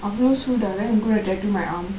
அவலொ சூடா:avalo sudaa then I'm goingk to tattoo my arm